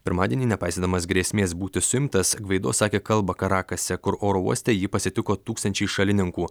pirmadienį nepaisydamas grėsmės būti suimtas gvaido sakė kalbą karakase kur oro uoste jį pasitiko tūkstančiai šalininkų